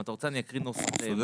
אם אתה רוצה אני אקריא נוסח מוצע.